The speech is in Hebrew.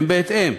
הם בהתאם.